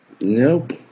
Nope